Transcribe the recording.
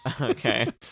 Okay